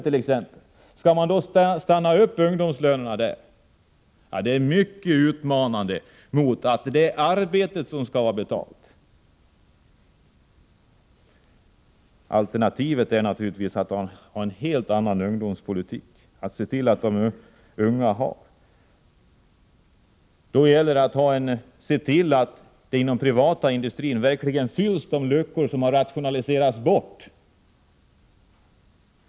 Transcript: Skall man i sådana fall stanna upp när det gäller lönerna för ungdomar? Det är mycket utmanande mot principen att det är arbetet som skall vara betalt. Alternativet är naturligtvis att ha en helt annan ungdomspolitik. Då gäller det att se till att luckorna inom den privata industrin efter dem som rationaliserats bort verkligen fylls.